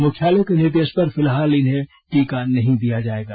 मुख्यालय के निर्देश पर फिलहाल इन्हें टीका नहीं दिया जाएगा